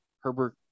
Herbert